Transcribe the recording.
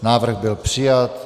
Návrh byl přijat.